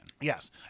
Yes